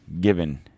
given